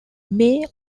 may